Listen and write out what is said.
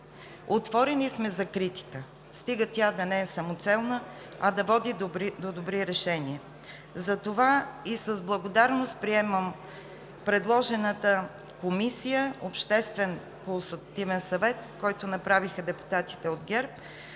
Отворени сме за критика, стига тя да не е самоцелна, а да води до добри решения. Затова и с благодарност приемам предложената комисия – Обществен консултативен съвет, който направиха депутатите от ГЕРБ,